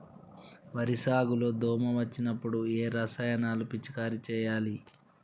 వరి సాగు లో దోమ వచ్చినప్పుడు ఏ రసాయనాలు పిచికారీ చేయాలి?